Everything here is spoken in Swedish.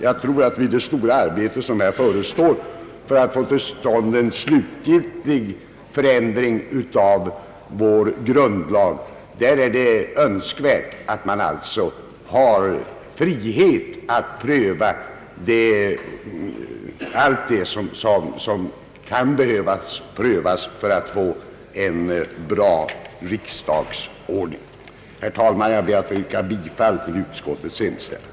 Jag tror att i det stora arbete som nu förestår för att få till stånd en slutlig förändring av vår grundlag är det önskvärt att man har frihet att pröva allt det som kan behöva prövas för att få en bra riksdagsordning. Herr talman! Jag ber att få yrka bifall till utskottets hemställan.